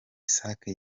sake